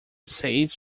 safe